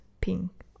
pink